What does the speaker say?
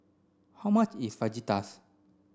how much is Fajitas